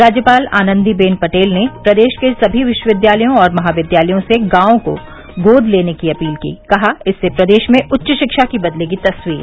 राज्यपाल आनन्दी बेन पटेल ने प्रदेश के सभी विश्वविद्यालयों और महाविद्यालयों से गांवों को गोद लेने की अपील की कहा इससे प्रदेश में उच्च शिक्षा की बदलेगी तस्वीर